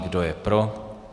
Kdo je pro?